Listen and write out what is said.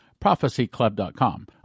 prophecyclub.com